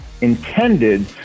intended